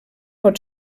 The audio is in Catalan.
pot